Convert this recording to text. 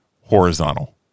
horizontal